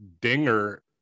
Dinger